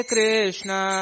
Krishna